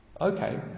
Okay